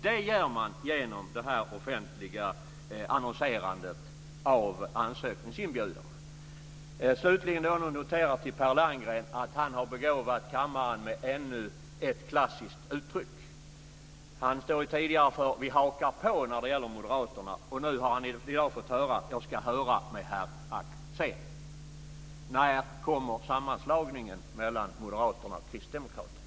Det får de genom att ansökningsinbjudan annonseras offentligt. Slutligen vill jag notera att Per Landgren har begåvat kammaren med ännu ett klassiskt uttryck. Han står sedan tidigare för "vi hakar på" när det gäller moderaterna. Nu har vi i dag fått höra "jag ska höra med herr Axén". När kommer sammanslagningen mellan Moderaterna och Kristdemokraterna?